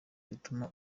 rituma